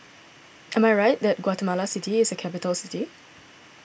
am I right that Guatemala City is a capital city